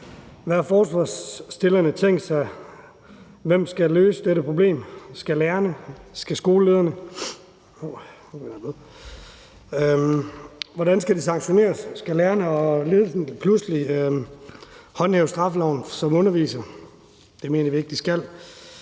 Hvem har forslagsstillerne tænkt sig skulle løse dette problem? Skal lærerne? Skal skolelederne? Hvordan skal det sanktioneres? Skal lærerne og ledelsen pludselig håndhæve straffeloven som undervisere? Det mener vi ikke de skal.